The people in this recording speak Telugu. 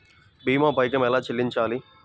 భీమా పైకం ఎలా చెల్లించాలి?